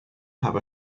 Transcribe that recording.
have